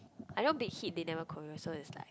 I know Big-Hit they never choreo so it's like